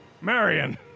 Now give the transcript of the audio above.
Marion